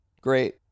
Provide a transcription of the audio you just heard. Great